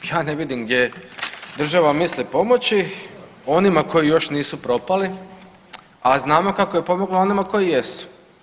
Ja ne vidim gdje država misli pomoći onima koji još n isu propali, a znamo kako je pomogla onima koji jesu.